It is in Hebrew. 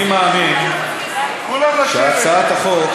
אני מאמין שהצעת החוק